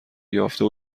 یافته